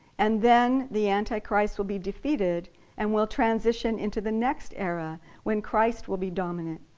and then the antichrist will be defeated and we'll transition into the next era when christ will be dominant.